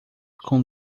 com